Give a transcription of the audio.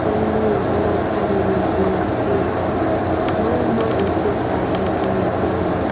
जोंनि बर' हारिनि ओंख्रि मा मा ओंख्रि जायो जोंनि बर'